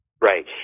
Right